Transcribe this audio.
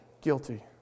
guilty